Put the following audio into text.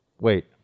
Wait